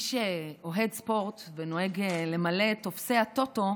מי שאוהד ספורט ונוהג למלא את טופסי הטוטו,